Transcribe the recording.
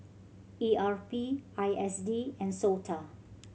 E R P I S D and SOTA